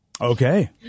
Okay